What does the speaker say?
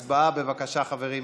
הצבעה, בבקשה, חברים.